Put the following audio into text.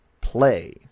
play